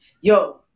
Yo